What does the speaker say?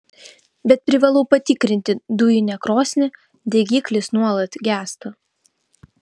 bet privalau patikrinti dujinę krosnį degiklis nuolat gęsta